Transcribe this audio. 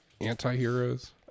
anti-heroes